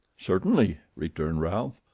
certainly, returned ralph.